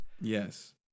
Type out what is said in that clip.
Yes